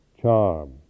charm